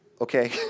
okay